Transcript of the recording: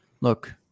look